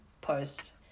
post